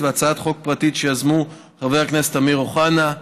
והצעת חוק פרטית שיזמו חברי הכנסת אמיר אוחנה,